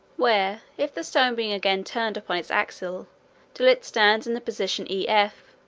where, if the stone be again turned upon its axle till it stands in the position e f,